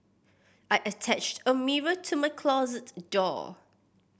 I attached a mirror to my closet door